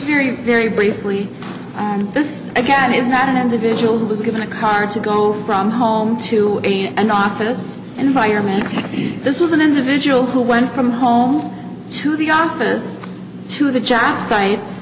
very very briefly and this again is not an individual who was given a card to go from home to an office environment this was an individual who went from home to the office to the job site